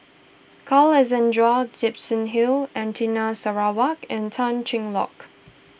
Carl Gibson Hill Anita Sarawak and Tan Cheng Lock